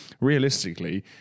realistically